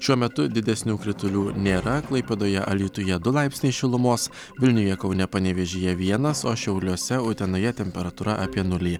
šiuo metu didesnių kritulių nėra klaipėdoje alytuje du laipsniai šilumos vilniuje kaune panevėžyje vienas o šiauliuose utenoje temperatūra apie nulį